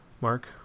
Mark